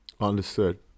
Understood